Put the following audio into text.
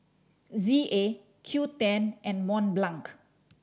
Z A Qoo ten and Mont Blanc